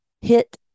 hit